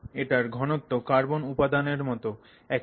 এটার ঘনত্ব কার্বন উপাদানের মতন একই